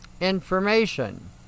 information